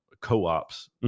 co-ops